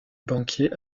banquiers